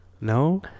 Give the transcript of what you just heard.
no